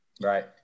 Right